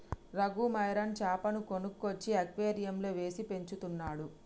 Raghu marine చాపను కొనుక్కొచ్చి అక్వేరియంలో వేసి పెంచుతున్నాడు